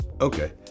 Okay